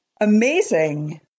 Amazing